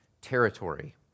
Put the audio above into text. territory